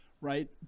right